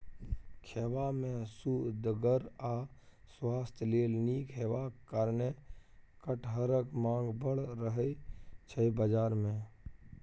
खेबा मे सुअदगर आ स्वास्थ्य लेल नीक हेबाक कारणेँ कटहरक माँग बड़ रहय छै बजार मे